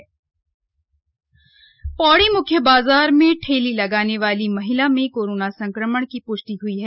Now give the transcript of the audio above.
corona update Pauri मुख्य बाजार में ठेली लगाने वाली महिला में कोरोना संक्रमण की पृष्टि ह्ई है